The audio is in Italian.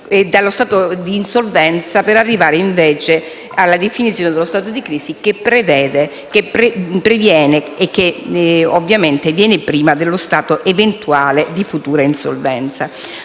dallo stato di insolvenza per arrivare invece alla definizione dello stato di crisi, che ovviamente viene prima dello stato di eventuale futura insolvenza.